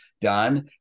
done